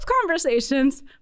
conversations